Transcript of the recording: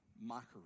mockery